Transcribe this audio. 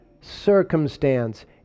circumstance